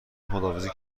خداحافظی